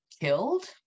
killed